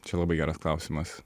čia labai geras klausimas